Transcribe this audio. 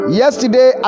yesterday